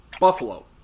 Buffalo